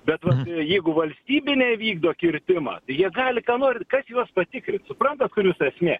bet vat jeigu valstybinė vykdo kirtimą tai jie gali ką nori kas juos patikrint suprantat kur visa esmė